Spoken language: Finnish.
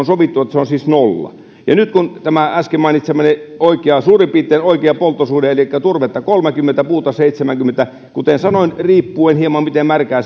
sovittu että se on siis nolla ja nyt kun otetaan tämä äsken mainitsemani suurin piirtein oikea polttosuhde elikkä turvetta kolmekymmentä puuta seitsemänkymmentä kuten sanoin riippuen hieman siitä miten märkää